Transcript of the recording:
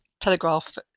Telegraph